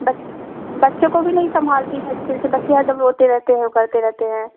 बच्चों को नहीं संभालती हैं अच्छे से बच्चे हर दम रोते रहते हैं उकरते रहते हैं